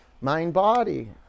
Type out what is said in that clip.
Mind-body